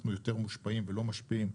אנחנו יותר מושפעים ולא משפיעים,